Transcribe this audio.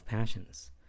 Passions